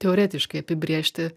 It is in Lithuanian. teoretiškai apibrėžti